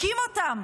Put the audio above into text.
מכים אותן,